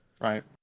right